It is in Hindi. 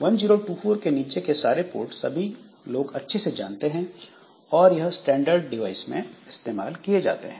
1024 के नीचे के सारे पोर्ट सभी लोग अच्छे से जानते हैं और यह स्टैंडर्ड डिवाइस में इस्तेमाल किए जाते हैं